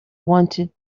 wanted